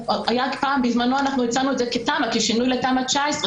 בזמנו הצענו את זה כשינוי לתמ"א 19,